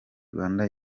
rwanda